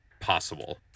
possible